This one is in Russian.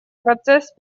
процесс